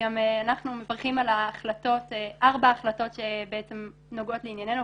וגם אנחנו מברכים על ארבע החלטות שנוגעות לענייננו.